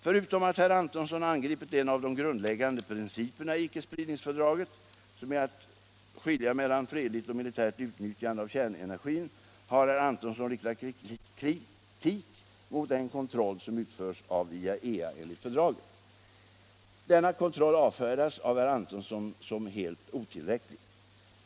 Förutom att herr Antonsson angripit en av de grundläggande principerna i icke-spridningsfördraget, som är att skilja mellan fredligt och militärt utnyttjande av kärnenergin, har herr Antonsson riktat kritik mot den kontroll som utförs av IAEA enligt fördraget. Denna kontroll avfärdas av herr Antonsson som helt otillräcklig.